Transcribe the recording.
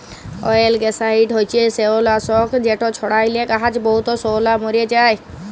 অয়েলগ্যাসাইড হছে শেওলালাসক যেট ছড়াইলে গাহাচে বহুত শেওলা মইরে যায়